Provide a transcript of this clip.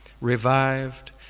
revived